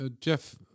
Jeff